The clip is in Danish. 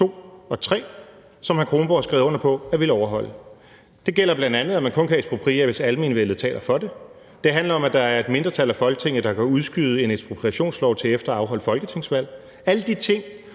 som hr. Anders Kronborg har skrevet under på at ville overholde. Det gælder bl.a., at man kun kan ekspropriere, hvis almenvellet taler for det. Det handler om, at der er et mindretal i Folketinget, der kan udskyde en ekspropriationslov til efter afholdelsen af et folketingsvalg. Alle de ting